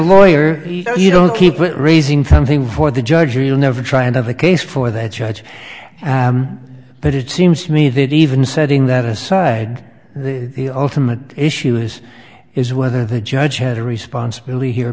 lawyer you know keep raising something for the judge you never try another case before the judge but it seems to me that even setting that aside the ultimate issue is is whether the judge has a responsibility here